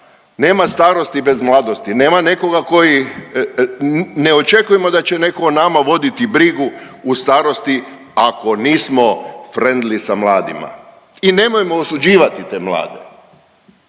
nema nekoga koji, ne očekujemo da će neko o nama voditi brigu u starosti ako nismo frendli sa mladima i nemojmo osuđivati te mlade.